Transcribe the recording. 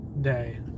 Day